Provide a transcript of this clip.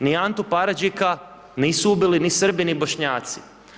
Ni Antu Paradžika nisu ubili ni Srbi, ni Bošnjaci.